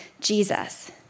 Jesus